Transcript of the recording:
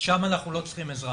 שם אנחנו לא צריכים עזרה,